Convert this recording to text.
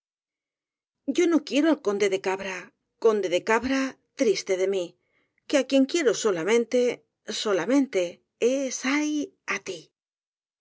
yo no quiero al conde de cabra conde de cabra triste de mí que á quien quiero solamente solamente es ay á tí